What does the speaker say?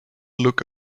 look